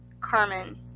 Carmen